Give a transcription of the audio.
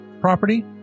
property